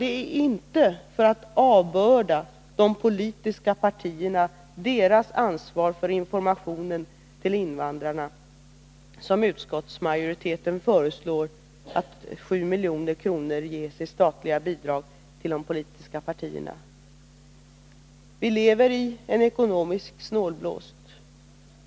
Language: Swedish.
Det är inte för att avbörda de politiska partierna deras ansvar för informationen till invandrarna som utskottsmajoriteten föreslår att 7 milj.kr. ges i statliga bidrag till de politiska partierna. Vi lever i en ekonomisk snålblåst.